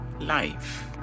life